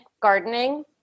gardening